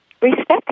respect